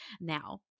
now